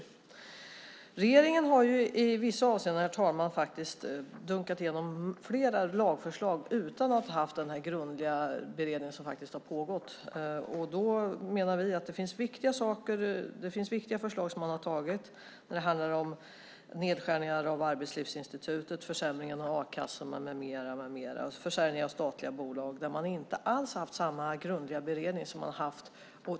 Herr talman! Regeringen har i vissa avseenden dunkat igenom flera lagförslag utan att ha haft den grundliga beredning som här har pågått. Vi menar att man har antagit viktiga förslag. Vid nedläggningen av Arbetslivsinstitutet, försämringen av a-kassan och försäljningen av statliga bolag med mera har man inte alls haft samma grundliga beredning som man har haft här.